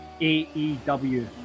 AEW